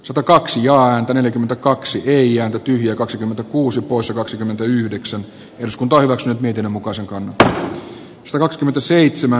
satakaksi jolla häntä neljäkymmentäkaksi eija juha väätäinen on pentti kettusen kannattamana ehdottanut että pykälä poistetaan